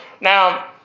Now